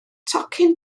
tocyn